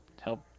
Help